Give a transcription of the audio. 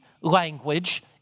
language